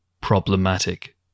problematic